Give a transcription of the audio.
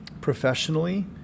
professionally